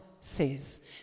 says